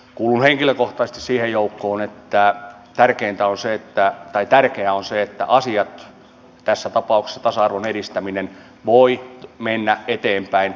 kuulun henkilökohtaisesti siihen joukkoon jolle tärkeää on se että asiat tässä tapauksessa tasa arvon edistäminen voivat mennä eteenpäin